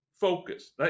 focus